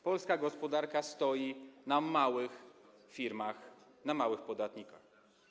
Polska gospodarka stoi na małych firmach, na małych podatnikach.